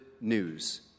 news